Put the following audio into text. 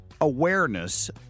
awareness